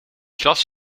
glas